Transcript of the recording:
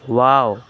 wow